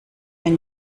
wenn